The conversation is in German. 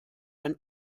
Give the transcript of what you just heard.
ein